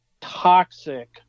toxic